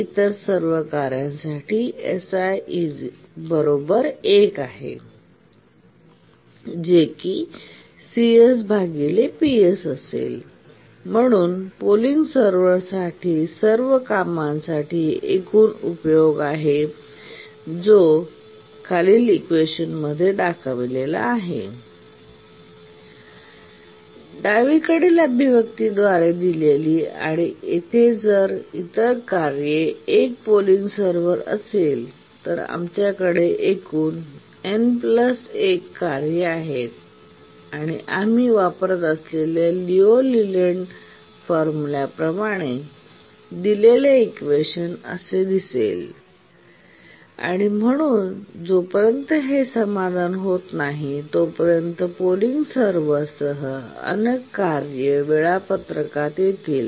इतर सर्व कार्यांसाठी si 1 आहे आणि म्हणून पोलिंग सर्व्हरसह सर्व कामांसाठी एकूण उपयोग आहे डावीकडील अभिव्यक्ती द्वारे दिलेली आणि जर तेथे इतर कार्ये आणि 1 पोलिंग सर्व्हर असेल तर आमच्याकडे एकूण N 1 कार्ये आहेत आणि आम्ही वापरत असलेल्या लिऊ लेलँड फॉर्म्युलामध्ये आणि म्हणून जोपर्यंत हे समाधान होत नाही तोपर्यंत पोलिंग सर्व्हरसह अन्य कार्ये वेळापत्रकात येतील